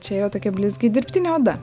čia jau tokia blizgi dirbtinė oda